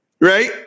Right